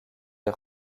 les